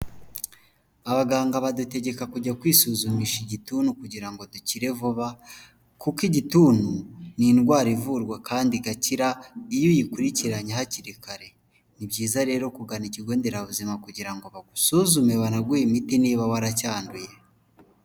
Abaganga badutegeka kujya kwisuzumisha igituntu kugira ngo dukire vuba kuko igituntu ni indwara ivurwa kandi igakira iyo uyikurikiranye hakiri kare, ni byiza rero kugana ikigonderabuzima kugira ngo bagusuzume banaguhe imiti niba waracyanduye.